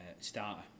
starter